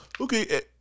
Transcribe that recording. Okay